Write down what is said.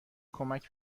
کمک